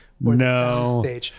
no